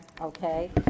okay